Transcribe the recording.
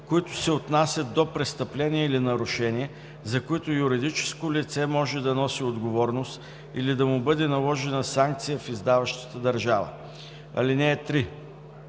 които се отнасят до престъпления или нарушения, за които юридическо лице може да носи отговорност или да му бъде наложена санкция в издаващата държава. (3)